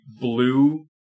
blue